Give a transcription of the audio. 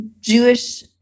Jewish